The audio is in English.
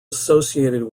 associated